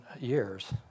years